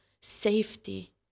safety